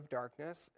darkness